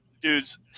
dudes